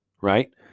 right